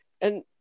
And-